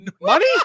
money